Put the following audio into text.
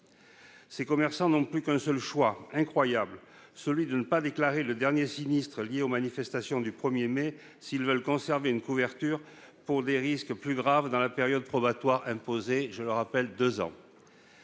Ces commerçants n'ont plus qu'un seul choix, incroyable : celui de ne pas déclarer le dernier sinistre lié aux manifestations du 1 mai s'ils veulent conserver une couverture pour des risques plus graves dans la période probatoire imposée. Je sais combien